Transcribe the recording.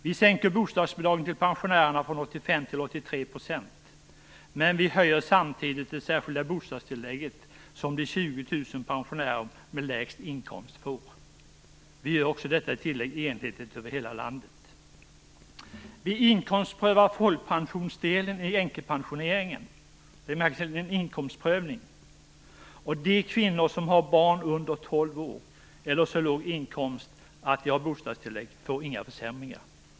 Vi sänker bostadsbidraget till pensionärerna från 85 % till 83 %, men vi höjer samtidigt det särskilda bostadstillägget som de 20 000 pensionärerna med lägst inkomster får. Vi gör också detta tillägg enhetligt över hela landet. Vi inkomstprövar folkpensionsdelen i änkepensionen. Lägg märke till att det är en inkomstprövning! De kvinnor som har barn under tolv år eller så låg inkomst att de har bostadstillägg får inga försämringar.